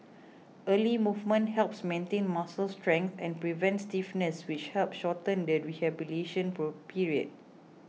early movement helps maintain muscle strength and prevents stiffness which help shorten the rehabilitation period